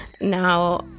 Now